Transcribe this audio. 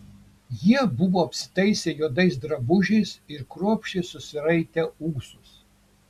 jie buvo apsitaisę juodais drabužiais ir kruopščiai susiraitę ūsus